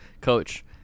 coach